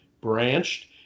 branched